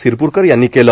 सिरपूरकर यांनी केलं